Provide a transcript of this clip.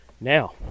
Now